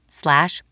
slash